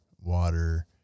water